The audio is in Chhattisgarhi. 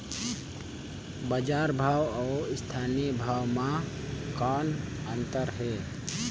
बजार भाव अउ स्थानीय भाव म कौन अन्तर हे?